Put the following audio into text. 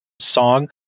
song